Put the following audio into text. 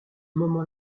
moment